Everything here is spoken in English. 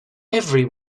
every